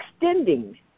extending